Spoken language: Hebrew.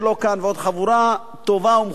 ועוד חבורה טובה ומכובדת,